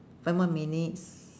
five more minutes